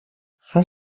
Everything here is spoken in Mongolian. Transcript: хар